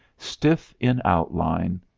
stiff in outline,